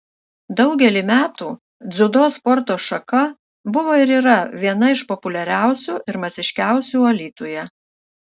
daugelį metų dziudo sporto šaka buvo ir yra viena iš populiariausių ir masiškiausių alytuje